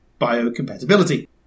biocompatibility